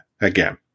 again